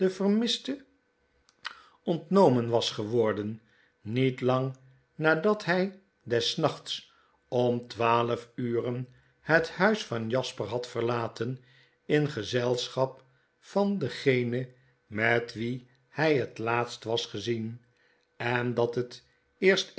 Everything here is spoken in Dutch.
vermiste ontnomen was geworden niet lang nadat hy des nachts om twaalf uren het huis van jasper had verlaten in gezelschap van dengenen met wien hij het laatst was gezien en dat het eerst